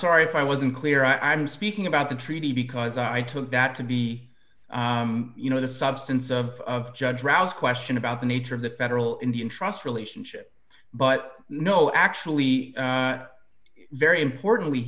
sorry if i wasn't clear i'm speaking about the treaty because i took that to be you know the substance of judge rouse question about the nature of the federal indian trust relationship but no actually very importantly